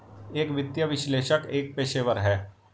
एक वित्तीय विश्लेषक एक पेशेवर है